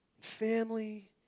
family